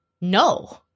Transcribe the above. no